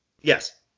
Yes